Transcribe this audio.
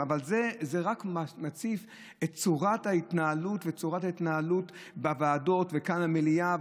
זה רק מציף את צורת ההתנהלות בוועדות וכאן במליאה.